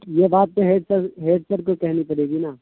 یہ بات تو ہیڈ سر ہیڈ سر کو کہنی پڑے گی نا